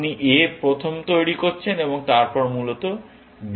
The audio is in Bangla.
আপনি a প্রথম তৈরি করছেন এবং তারপর মূলত b তৈরী করছেন